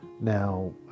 Now